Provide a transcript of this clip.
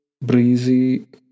breezy